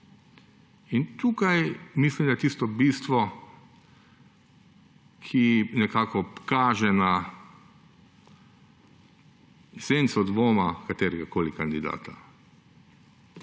In tukaj mislim, da je tisto bistvo, ki nekako kaže na senco dvoma katerega koli kandidata.